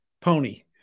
pony